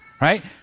Right